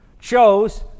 chose